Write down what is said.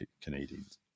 Canadians